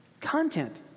Content